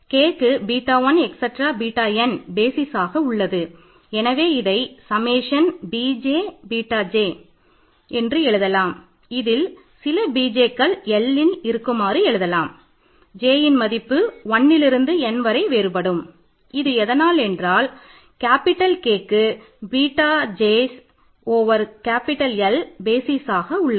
bj's Lல் உள்ளது